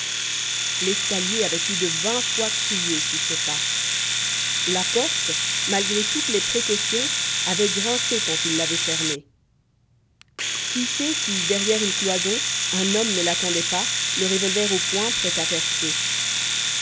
l'escalier avait plus de vingt fois crié sous ses pas la porte malgré toutes les précautions avait grincé quand il l'avait fermée qui sait si derrière une cloison un homme ne l'attendait pas le revolver au poing prêt à faire feu